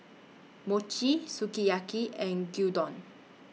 Mochi Sukiyaki and Gyudon